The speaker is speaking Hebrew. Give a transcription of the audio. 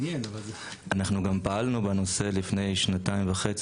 אנחנו גם פעלנו בנושא לפני שנתיים וחצי,